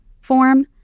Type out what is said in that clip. form